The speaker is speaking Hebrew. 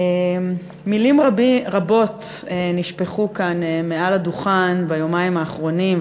מילים רבות נשפכו כאן מעל הדוכן ביומיים האחרונים,